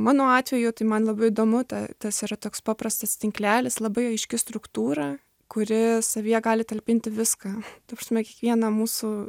mano atveju tai man labai įdomu tai tas yra toks paprastas tinklelis labai aiški struktūra kuri savyje gali talpinti viską ta prasme kiekvieną mūsų